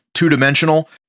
two-dimensional